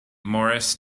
moris